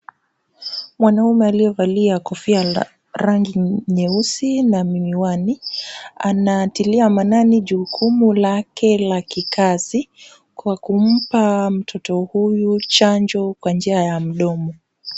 Mwanaume aliyevalia kofia la rangi nyeusi na miwani, anatilia maanani jukumu lake la kikazi, kwa kumpa mtoto huyu chanjo kwa njia ya mdomo.